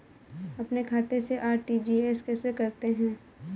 अपने खाते से आर.टी.जी.एस कैसे करते हैं?